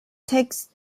takes